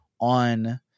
On